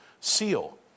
seal